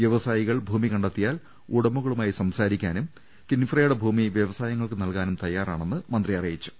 വൃവസായികൾ ഭൂമി കണ്ടെത്തിയാൽ ഉടമകളുമായി സംസാരിക്കാനും കിൻഫ്രയുടെ ഭൂമി വൃവസായങ്ങൾക്ക് നൽകാനും തയ്യാറാണെന്ന് മന്ത്രി അറിയിച്ചു